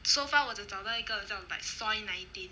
so far 我只找到一个叫 like soi nineteen